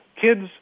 Kids